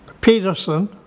Peterson